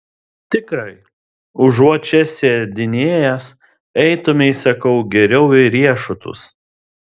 tikrai užuot čia sėdinėjęs eitumei sakau geriau į riešutus